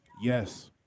Yes